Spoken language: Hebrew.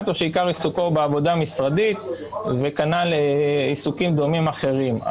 או שעיקר עיסוקו בעבודה משרדית וכנ"ל עיסוקים דומים אחרים.